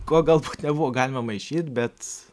ko galbūt nebuvo galima maišyt betx